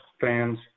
fans